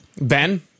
Ben